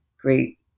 great